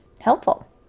Helpful